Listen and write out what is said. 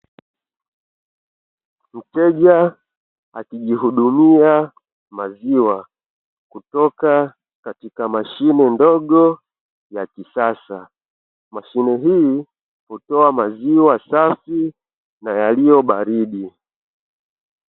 Mteja akijihudumia maziwa kutoka katika mashine ndogo ya kisasa, mashine hii hutoa maziwa safi na yaliyo baridi.